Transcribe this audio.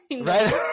Right